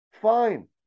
fine